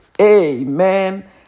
Amen